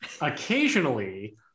occasionally